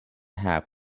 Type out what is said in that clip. half